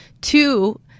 two